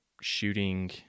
shooting